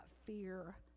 fear